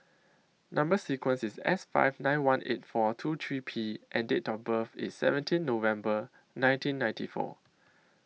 Number sequence IS S five nine one eight four two three P and Date of birth IS seventeen November nineteen ninety four